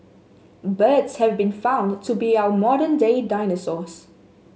birds have been found to be our modern day dinosaurs